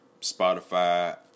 Spotify